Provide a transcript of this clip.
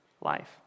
life